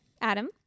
adam